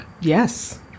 Yes